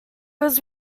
was